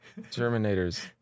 Terminators